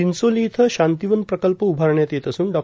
चिचोली इथं शांतीवन प्रकल्प उभारण्यात येत असून डॉ